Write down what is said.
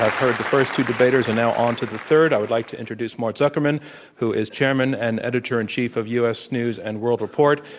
heard the first two debaters. and now, on to the third. i would like to introduce mort zuckerman who is chairman and editor in chief of u. s. news and world report,